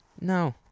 No